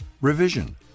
revision